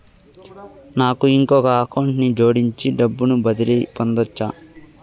నాకు ఇంకొక అకౌంట్ ని జోడించి డబ్బును బదిలీ పంపొచ్చా?